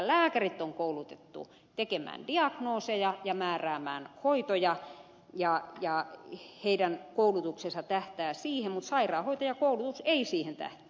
lääkärit on koulutettu tekemään diagnooseja ja määräämään hoitoja ja heidän koulutuksensa tähtää siihen mutta sairaanhoitajakoulutus ei siihen tähtää